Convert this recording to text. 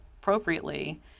appropriately